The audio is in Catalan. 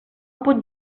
pot